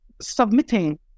submitting